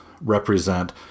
represent